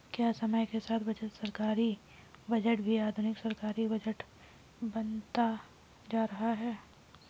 क्या समय के साथ सरकारी बजट भी आधुनिक सरकारी बजट बनता जा रहा है?